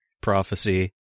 prophecy